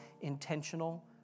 intentional